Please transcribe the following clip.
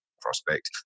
prospect